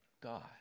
God